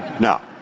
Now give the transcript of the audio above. now.